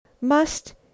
Must